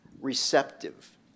receptive